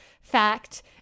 fact